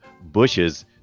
bushes